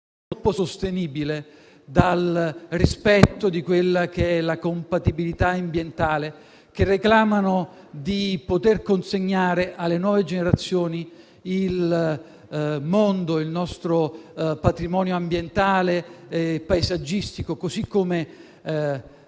sostenibile e dal rispetto della compatibilità ambientale, che reclamano di poter consegnare alle nuove generazioni il mondo, il nostro patrimonio ambientale e paesaggistico, così come